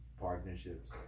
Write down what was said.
partnerships